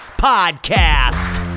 podcast